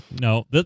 No